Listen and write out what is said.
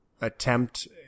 attempt